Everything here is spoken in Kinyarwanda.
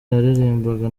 yaririmbaga